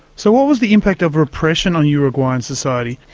so what was the impact of repression on uruguayan society?